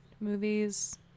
movies